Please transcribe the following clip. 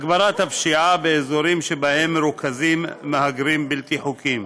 הגברת הפשיעה באזורים שבהם מרוכזים מהגרים בלתי חוקיים.